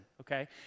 okay